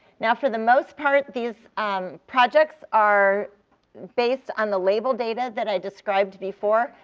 now, for the most part, these um projects are based on the label data that i described before.